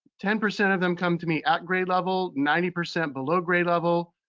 ten percent of them come to me at grade level, ninety percent below grade level.